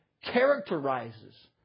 characterizes